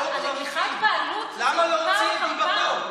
למה להוציא את דיבתו?